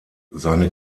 seine